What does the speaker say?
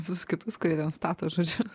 visus kitus kurie ten stato žodžiu